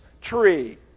tree